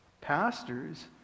pastors